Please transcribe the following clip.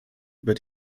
über